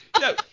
No